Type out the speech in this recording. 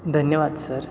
धन्यवाद सर